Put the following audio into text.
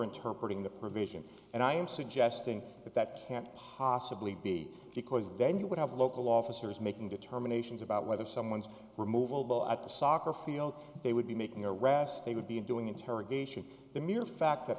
interpreted in the provision and i am suggesting that that can't possibly be because then you would have local officers making determinations about whether someone's removal bill at the soccer field they would be making arrests they would be doing interrogation the mere fact th